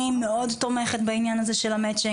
אני תומכת מאוד בעניין המצ'ינג.